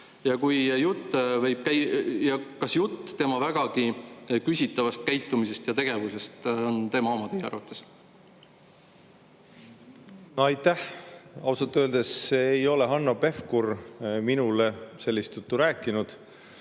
Ja kas jutus vägagi küsitav käitumine ja tegevus on tema oma teie arvates? Aitäh! Ausalt öeldes ei ole Hanno Pevkur minule sellist juttu rääkinud